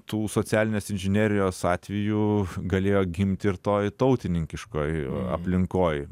tų socialinės inžinerijos atvejų galėjo gimti ir toj tautininkiškoj aplinkoj